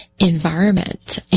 environment